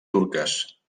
turques